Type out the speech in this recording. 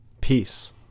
Peace